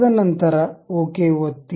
ತದನಂತರ ಓಕೆ ಒತ್ತಿ